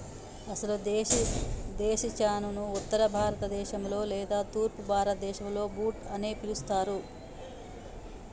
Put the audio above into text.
అసలు దేశీ చనాను ఉత్తర భారత దేశంలో లేదా తూర్పు భారతదేసంలో బూట్ అని పిలుస్తారు